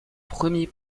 premier